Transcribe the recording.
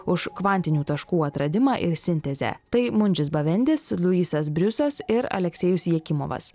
už kvantinių taškų atradimą ir sintezę tai mundžis bavendis luisas briusas ir aleksėjus jakimovas